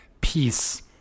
peace